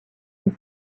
une